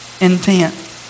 intent